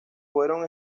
fueron